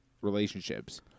relationships